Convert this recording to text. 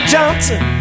Johnson